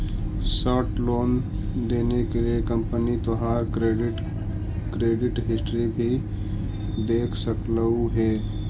short loan देने के लिए कंपनी तोहार क्रेडिट क्रेडिट हिस्ट्री भी देख सकलउ हे